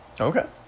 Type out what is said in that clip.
Okay